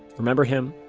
remember him?